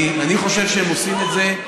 אני חושב שהם עושים את זה,